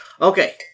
Okay